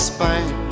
Spain